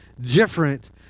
different